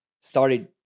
Started